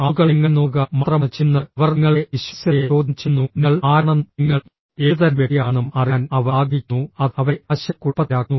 ആളുകൾ നിങ്ങളെ നോക്കുക മാത്രമാണ് ചെയ്യുന്നത് അവർ നിങ്ങളുടെ വിശ്വാസ്യതയെ ചോദ്യം ചെയ്യുന്നു നിങ്ങൾ ആരാണെന്നും നിങ്ങൾ ഏതുതരം വ്യക്തിയാണെന്നും അറിയാൻ അവർ ആഗ്രഹിക്കുന്നു അത് അവരെ ആശയക്കുഴപ്പത്തിലാക്കുന്നു